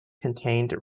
contained